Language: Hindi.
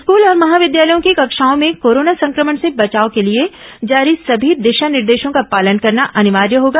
स्कूल और महाविद्यालयों की कक्षाओं में कोरोना संक्रमण से बचाव के लिए जारी सभी दिशा निर्देशों का पालन करना अनिवार्य होगा